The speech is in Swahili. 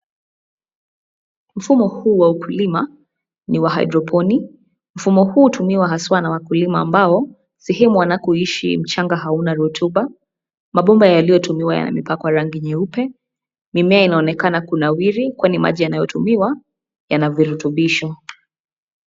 Mfumo huu wa ukulima ni wa haidroponiki. Mfumo huu hutumiwa haswa na wakulima ambao sehemu wanapoishi mchanga hauna rotuba. Mabomba yalioytumiwa yamepakwa rangi nyeupe. Mimea inaonekana kunawiri, kwani maji yanayotumiwa yana virutubisho.